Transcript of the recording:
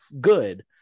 good